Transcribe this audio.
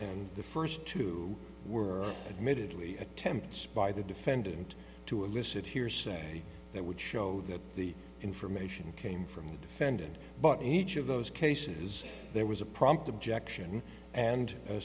and the first two were admitted lee attempts by the defendant to elicit hearsay that would show that the information came from the defendant but in each of those cases there was a prompt objection and